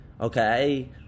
okay